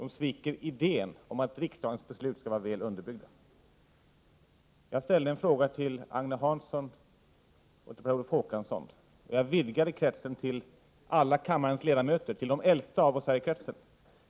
De sviker idén om att riksdagens beslut skall vara väl underbyggda. Jag ställde en fråga till Agne Hansson och Per Olof Håkansson. Jag ställde den också till alla kammarens ledamöter, till de äldsta av oss här i kretsen.